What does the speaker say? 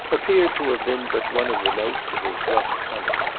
appeared to have been but one of the notes of his rough cunning.